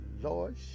Lord